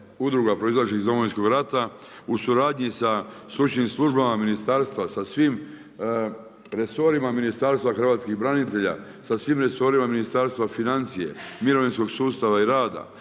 u suradnji sa stručnim službama ministarstva, sa svim resorima Ministarstva hrvatskih branitelja, sa svim resorima Ministarstva financija, mirovinskog sustava i rada,